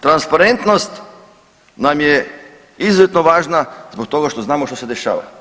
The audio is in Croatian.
Transparentnost nam je izuzetno važna zbog toga što znamo što se dešava.